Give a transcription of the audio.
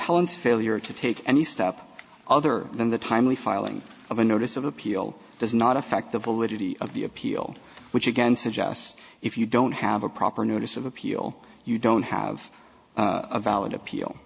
appellants failure to take any stop other than the timely filing of a notice of appeal does not affect the validity of the appeal which again suggests if you don't have a proper notice of appeal you don't have a valid appeal